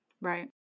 Right